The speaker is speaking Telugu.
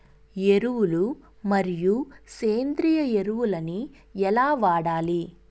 ఎరువులు మరియు సేంద్రియ ఎరువులని ఎలా వాడాలి?